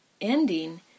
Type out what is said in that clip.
ending